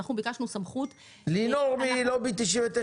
אנחנו ביקשנו סמכות --- לינור מלובי 99,